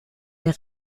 der